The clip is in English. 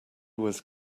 was